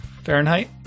Fahrenheit